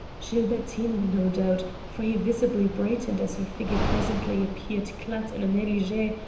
gilbertine, no doubt, for he visibly brightened as her figure presently appeared clad in a negligee,